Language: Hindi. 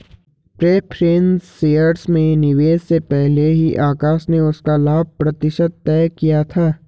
प्रेफ़रेंस शेयर्स में निवेश से पहले ही आकाश ने उसका लाभ प्रतिशत तय किया था